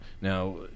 now